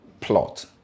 plot